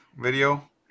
video